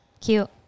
Cute